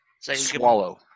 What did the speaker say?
Swallow